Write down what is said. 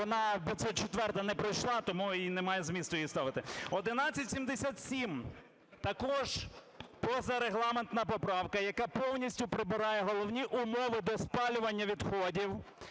вона… 504-а не пройшла, тому і немає змісту її ставити. 1177 - також позарегламентна поправка, яка повністю прибирає головні умови до спалювання відходів.